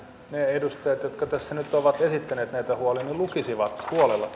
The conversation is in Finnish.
edustajat jotka tässä ovat esittäneet näitä huolia lukisivat huolella